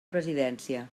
presidència